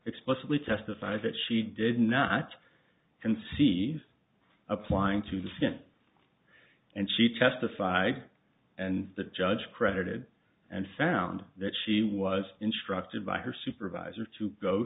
explicitly testified that she did not conceive applying to the skint and she testified and the judge credited and found that she was instructed by her supervisor to go